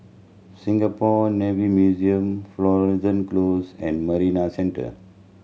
Singapore Navy Museum Florence Close and Marina Centre